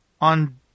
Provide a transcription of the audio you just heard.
on